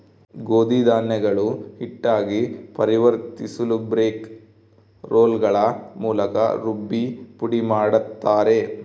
ಗೋಧಿ ಧಾನ್ಯಗಳು ಹಿಟ್ಟಾಗಿ ಪರಿವರ್ತಿಸಲುಬ್ರೇಕ್ ರೋಲ್ಗಳ ಮೂಲಕ ರುಬ್ಬಿ ಪುಡಿಮಾಡುತ್ತಾರೆ